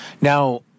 now